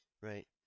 right